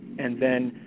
and then,